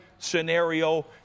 scenario